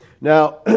Now